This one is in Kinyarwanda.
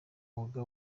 mwuga